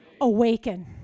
awaken